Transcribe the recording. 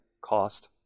cost